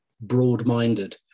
broad-minded